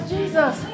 Jesus